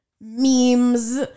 memes